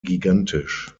gigantisch